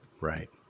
Right